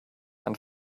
and